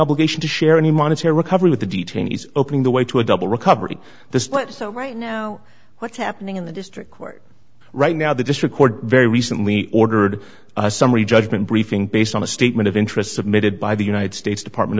obligation to share any monetary recovery with the detainees opening the way to a double recovery the split so right now what's happening in the district court right now the district court very recently ordered a summary judgment briefing based on a statement of interest submitted by the united states department